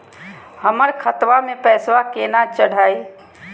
हमर खतवा मे पैसवा केना चढाई?